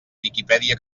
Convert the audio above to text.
viquipèdia